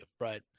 right